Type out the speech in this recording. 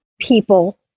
people